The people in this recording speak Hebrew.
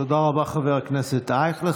תודה רבה, חבר הכנסת אייכלר.